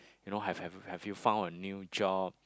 you know have have have have you found a new job